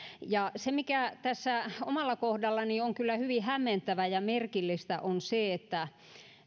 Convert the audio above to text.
se mikä tässä omalla kohdallani on kyllä hyvin hämmentävää ja merkillistä on se että